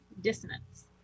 dissonance